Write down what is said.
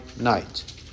night